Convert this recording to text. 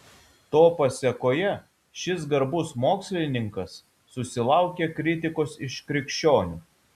to pasėkoje šis garbus mokslininkas susilaukė kritikos iš krikščionių